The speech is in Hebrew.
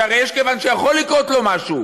שהרי יכול לקרות לו משהו,